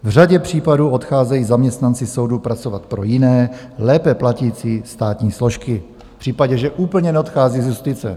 V řadě případů odcházejí zaměstnanci soudů pracovat pro jiné lépe platící státní složky v případě, že úplně neodchází z justice.